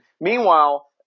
Meanwhile